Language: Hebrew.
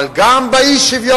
אבל גם באי-שוויון,